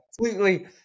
completely